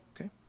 Okay